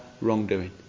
wrongdoing